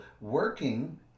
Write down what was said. working